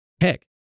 Heck